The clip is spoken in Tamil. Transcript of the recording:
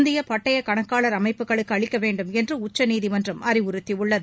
இந்திய பட்டய கணக்காளர் அமைப்புகளுக்கு அளிக்க வேண்டும் என்று உச்சநீதிமன்றம் அறிவுறுத்தியுள்ளது